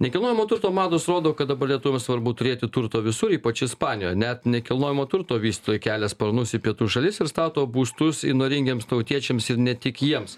nekilnojamo turto mados rodo kad dabar lietuviams svarbu turėti turto visur ypač ispanijoj net nekilnojamo turto vystytojai kelia sparnus į pietų šalis ir stato būstus įnoringiems tautiečiams ir ne tik jiems